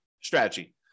strategy